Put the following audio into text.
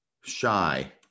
shy